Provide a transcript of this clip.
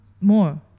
More